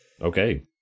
okay